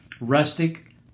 rustic